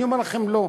אני אומר לכם: לא.